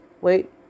wait